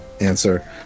answer